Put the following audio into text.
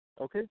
okay